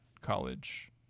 college